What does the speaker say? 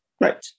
Right